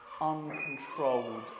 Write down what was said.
uncontrolled